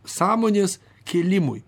sąmonės kėlimui